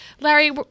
Larry